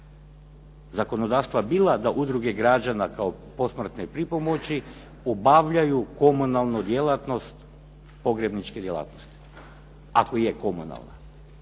zakonodavstva bila da udruge građana kao posmrtne pripomoći obavljaju komunalnu djelatnost pogrebničke djelatnosti, ako je komunalna